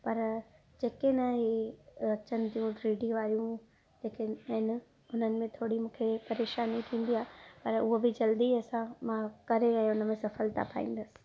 पर जेके न हे अचनि थियूं थ्री डी वारियूं जेके आहिनि उन्हनि में थोरी मूंखे परेशानी थींदी आहे ऐं हूअ बि जल्दी असां मां करे ऐं उनमें सफलता पाईंदसि